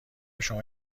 شما